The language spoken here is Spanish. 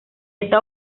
esta